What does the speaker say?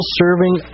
serving